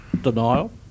denial